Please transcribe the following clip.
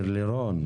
מלירון,